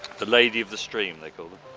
the lady of the stream they call them.